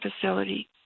facility